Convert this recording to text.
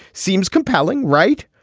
seems compelling, right?